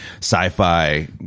sci-fi